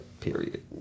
Period